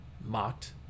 mocked